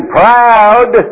proud